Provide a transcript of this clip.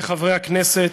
וחברי הכנסת,